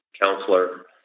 counselor